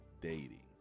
dating